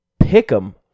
pick'em